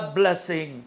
blessing